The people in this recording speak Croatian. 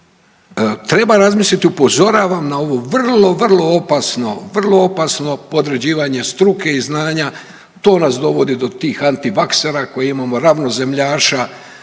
treba razmisliti, upozoravam na ovo vrlo vrlo opasno, vrlo opasno podređivanje struke i znanja. To nas dovodi do tih antivaksera koje imamo, ravnozemljaša,